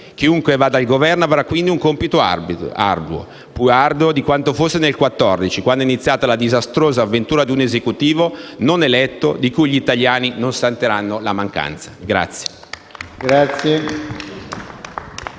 Chiunque vada al Governo avrà quindi un compito arduo, più arduo di quanto fosse nel 2014, quando è iniziata la disastrosa avventura di un Esecutivo non eletto di cui gli italiani non sentiranno la mancanza.